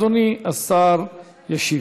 אדוני השר ישיב.